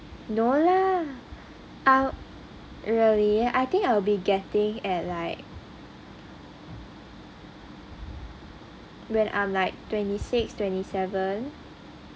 no lah I really I think I'll be getting at like when I'm like twenty six twenty seven